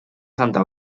santa